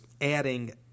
adding